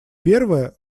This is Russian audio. первая